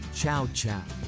ciao ciao.